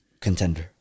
Contender